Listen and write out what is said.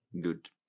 good